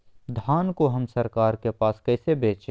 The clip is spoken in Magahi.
धान को हम सरकार के पास कैसे बेंचे?